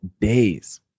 days